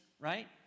right